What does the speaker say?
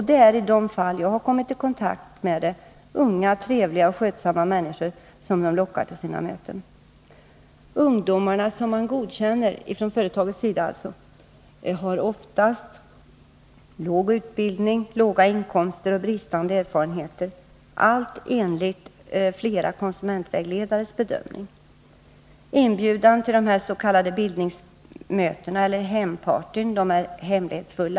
Det är, i de fall jag har kommit i kontakt med, unga, trevliga, skötsamma människor som företagen lockar till sina möten. De ungdomar som man från företagens sida godkänner har oftast dålig utbildning, låga inkomster och bristande erfarenheter — allt enligt flera konsumentvägledares bedömning. Inbjudan till s.k. bildningsmöten eller hempartyn är hemlighetsfull.